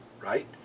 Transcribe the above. right